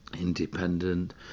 independent